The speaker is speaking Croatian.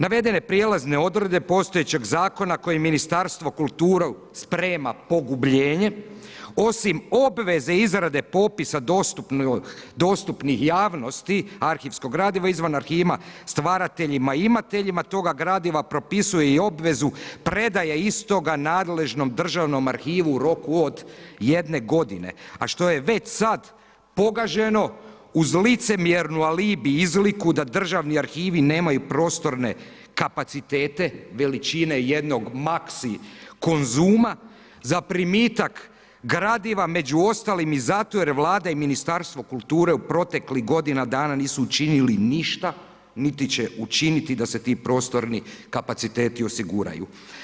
Navedene prijelazne odredbe postojećeg zakona, koji Ministarstvo kulture sprema pogubljenje, osim obveze izrade popisa dostupnih javnosti arhivskog gradiva izvan arhivima, stvarateljima, imateljima toga gradiva, propisuje obvezu predaje istoga nadležnom državnom arhivu u roku od 1 g. a što je već sada pogaženo uz licemjerni alibi, izliku, da državni arhivi nemaju prostorne kapacitete većine jednog maxi Konzuma, za primitak gradiva, među ostalim i zato jer Vlada i Ministarstvo kulture u protekli godinu dana nisu učinili ništa, niti će učiniti da se ti prostorni kapaciteti osiguraju.